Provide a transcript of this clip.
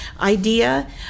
idea